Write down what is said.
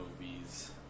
movies